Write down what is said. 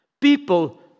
People